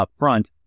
upfront